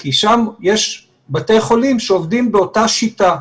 כי שם יש בתי חולים שעובדים באותה שיטה,